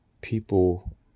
People